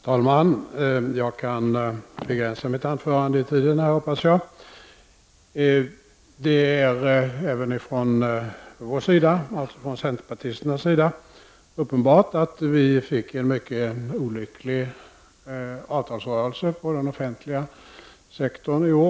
Herr talman! Jag hoppas att jag skall kunna begränsa mitt anförande. Det är även från centerpartisternas sida uppenbart att det blev en mycket olycklig avtalsrörelse på den offentliga sektorn i år.